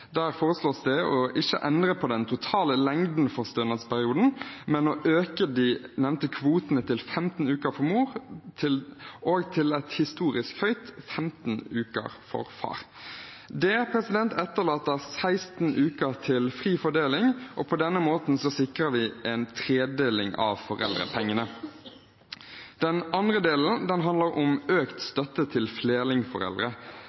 Der foreslås det å ikke endre på den totale lengden av stønadsperioden, men å øke de nevnte kvotene til 15 uker for mor og til – et historisk høyt tall – 15 uker for far. Det etterlater 16 uker til fri fordeling, og på denne måten sikrer vi en tredeling av foreldrepengene. Den andre delen handler om økt